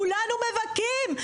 כולנו מבכים,